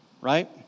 right